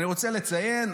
אני רוצה לציין,